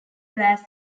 blas